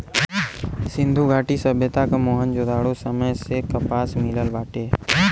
सिंधु घाटी सभ्यता क मोहन जोदड़ो समय से कपास मिलल बाटे